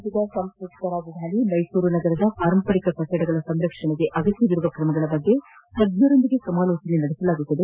ರಾಜ್ಯದ ಸಾಂಸ್ಕೃತಿಕ ರಾಜಧಾನಿ ಮೈಸೂರು ನಗರದ ಪಾರಂಪರಿಕ ಕಟ್ಟಡಗಳ ಸಂರಕ್ಷಣೆಗೆ ಅಗತ್ಯವಿರುವ ತ್ರಮಗಳ ಬಗ್ಗೆ ತಜ್ಞರೊಂದಿಗೆ ಸಮಾಲೋಚಿಸಲಾಗುವುದು